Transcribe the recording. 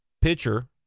pitcher